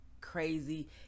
crazy